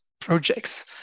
projects